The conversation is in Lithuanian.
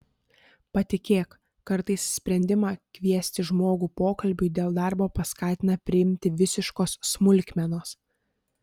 patikėk kartais sprendimą kviesti žmogų pokalbiui dėl darbo paskatina priimti visiškos smulkmenos